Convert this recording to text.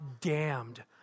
damned